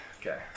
Okay